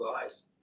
guys